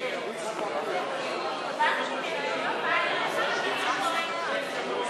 להסיר מסדר-היום את הצעת חוק הכשרות לאנשי